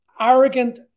arrogant